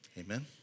Amen